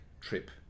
trip